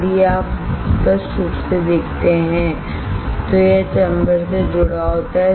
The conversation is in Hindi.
यदि आप स्पष्ट रूप से देखते हैं तो यह चैम्बर से जुड़ा होता है